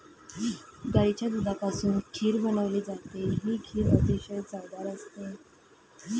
गाईच्या दुधापासून खीर बनवली जाते, ही खीर अतिशय चवदार असते